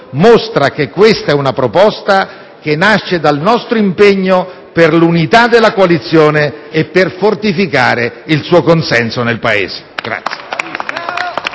mostra che questa è una proposta che nasce dal nostro impegno per l'unità della coalizione e per fortificare il suo consenso nel Paese.